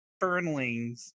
fernlings